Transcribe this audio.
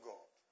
God